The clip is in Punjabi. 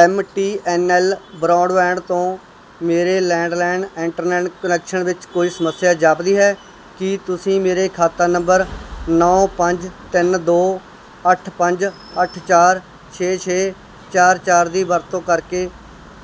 ਐੱਮਟੀਐੱਨਐੱਲ ਬ੍ਰੌਡਬੈਂਡ ਤੋਂ ਮੇਰੇ ਲੈਂਡਲਾਈਨ ਇੰਟਰਨੈੱਟ ਕੁਨੈਕਸ਼ਨ ਵਿੱਚ ਕੋਈ ਸਮੱਸਿਆ ਜਾਪਦੀ ਹੈ ਕੀ ਤੁਸੀਂ ਮੇਰੇ ਖਾਤਾ ਨੰਬਰ ਨੌਂ ਪੰਜ ਤਿੰਨ ਦੋ ਅੱਠ ਪੰਜ ਅੱਠ ਚਾਰ ਛੇ ਛੇ ਚਾਰ ਚਾਰ ਦੀ ਵਰਤੋਂ ਕਰਕੇ